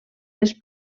les